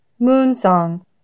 Moonsong